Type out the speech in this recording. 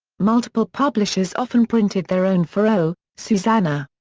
multiple publishers often printed their own for oh, susanna.